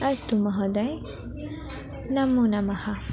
अस्तु महोदय नमोनमः